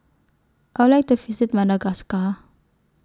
I Would like The visit Madagascar